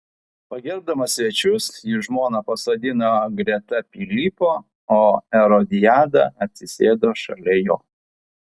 pagerbdamas svečius jis žmoną pasodino greta pilypo o erodiadą atsisėdo šalia jo